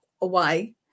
away